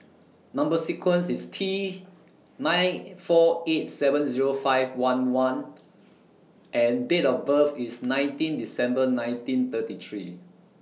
Number sequence IS T nine four eight seven Zero five one one and Date of birth IS nineteen December nineteen thirty three